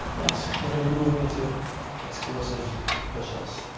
next, we're gonna be moving into explosive push ups.